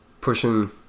pushing